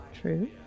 True